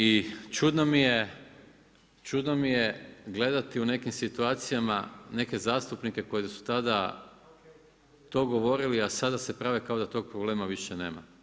I čudno mi je gledati u nekim situacijama neke zastupnike koji su tada to govorili, a sada se prave kao da tog problema više nema.